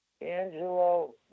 Angelo